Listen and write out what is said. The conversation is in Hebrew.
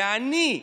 ואני,